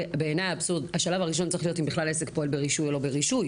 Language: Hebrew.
בעיניי השלב הראשון צריך להיות אם בכלל העסק פועל ברישוי או לא ברישוי.